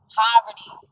poverty